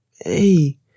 hey